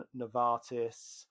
Novartis